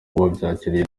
wabyakiriye